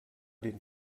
den